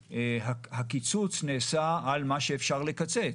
הקיצוץ נעשה על מה שאפשר לקצץ,